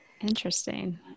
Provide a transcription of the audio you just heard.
Interesting